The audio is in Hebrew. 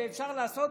ואפשר לעשות.